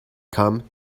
come